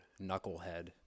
knucklehead